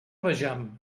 vejam